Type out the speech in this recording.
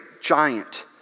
giant